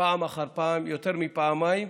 פעם אחר פעם, יותר מפעמיים,